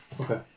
Okay